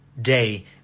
day